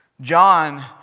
John